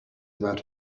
about